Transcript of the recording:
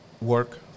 work